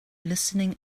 listening